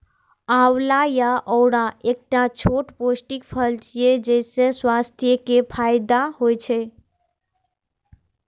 आंवला या औरा एकटा छोट पौष्टिक फल छियै, जइसे स्वास्थ्य के फायदा होइ छै